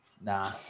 Nah